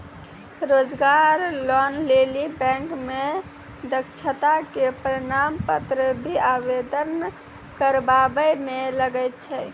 रोजगार लोन लेली बैंक मे दक्षता के प्रमाण पत्र भी आवेदन करबाबै मे लागै छै?